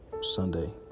Sunday